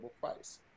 price